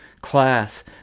class